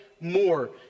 more